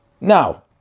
Now